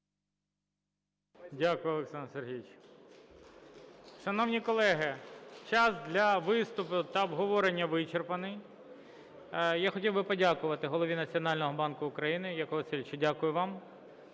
Дякую, Олександр Сергійович. Шановні колеги, час для виступів та обговорення вичерпаний. Я хотів би подякувати Голові Національного банку України Якову Васильовичу, дякую вам.